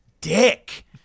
dick